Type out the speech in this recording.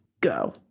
go